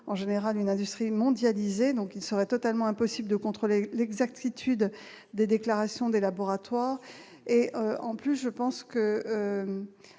en général une industrie mondialisée, donc il serait totalement impossible de contrôler l'exactitude des déclarations des laboratoires. Et en plus je pense que